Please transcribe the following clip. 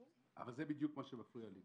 אבל זה בדיוק מה שמפריע לי.